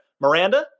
Miranda